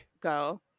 go